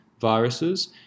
viruses